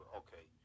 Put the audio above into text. okay